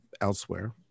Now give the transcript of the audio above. elsewhere